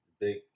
big